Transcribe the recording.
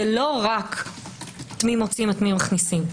לא רק את מי מוציאים ואת מי מכניסים.